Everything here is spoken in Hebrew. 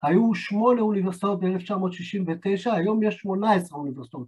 ‫היו שמונה אוניברסיטאות ב-1969, ‫היום יש 18 אוניברסיטאות.